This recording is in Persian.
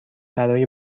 برای